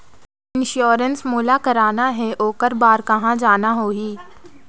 Insurance मोला कराना हे ओकर बार कहा जाना होही?